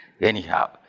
Anyhow